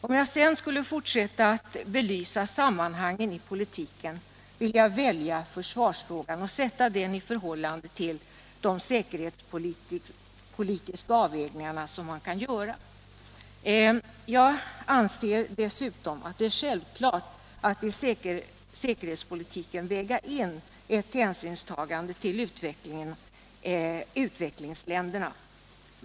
För att sedan fortsätta med att belysa sammanhangen i politiken vill jag ta upp försvarsfrågan och sätta den i förhållande till de säkerhets politiska avvägningar man kan göra. Jag anser dessutom att det är självklart att man i säkerhetspolitiken skall väga in ett hänsynstagande till utvecklingsländerna.